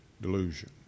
delusion